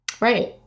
right